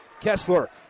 Kessler